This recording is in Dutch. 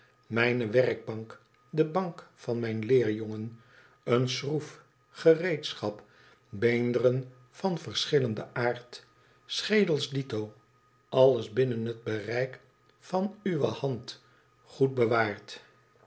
mijne werkbank de bank van mijn leerjongen ëene schroef gereedschap beenderen van verschillende aard schedels dito alles binnen het bereik van uwe hand goed bewaard